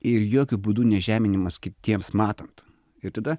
ir jokiu būdu ne žeminimas kitiems matant ir tada